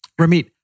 Ramit